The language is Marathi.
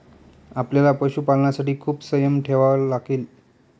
आपल्याला पशुपालनासाठी खूप संयम ठेवावा लागेल